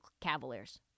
Cavaliers